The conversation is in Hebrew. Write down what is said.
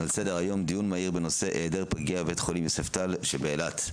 על סדר היום: דיון מהיר בנושא היעדר פגייה בבית החולים יוספטל שבאילת,